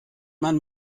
man